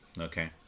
okay